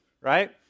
right